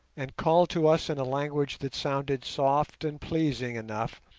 and called to us in a language that sounded soft and pleasing enough,